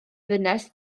ddynes